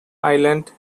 islands